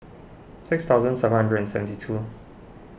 six thousand seven hundred and seventy two